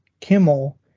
Kimmel